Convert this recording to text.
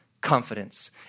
confidence